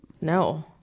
no